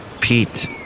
Pete